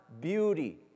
beauty